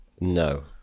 No